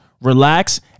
relax